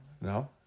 No